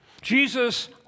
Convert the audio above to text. Jesus